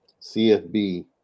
CFB